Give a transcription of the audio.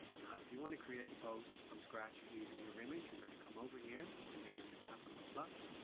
now if you want to create a post from scratch using your image you're going to come over here and you're going to tap on the plus